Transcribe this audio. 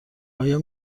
آیا